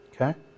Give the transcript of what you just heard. Okay